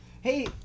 Hey